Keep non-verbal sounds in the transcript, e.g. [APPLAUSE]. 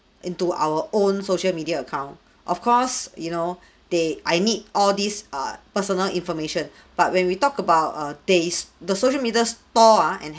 into our own social media account of course you know [BREATH] they I need all these err personal information [BREATH] but when we talk about err days the social meters store ah and have